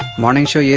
morning show yeah